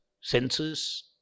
senses